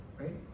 right